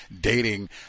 dating